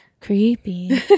Creepy